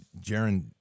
Jaron